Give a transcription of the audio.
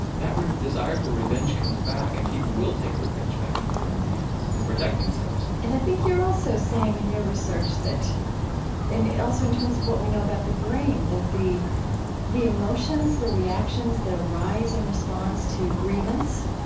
that desire for revenge comes back. and people will take revenge back into their own hands to protect themselves and i think you're also saying in your research that and also in terms of what we know about the brain that the the emotions, the reactions, that arise in response to grievance,